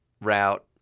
route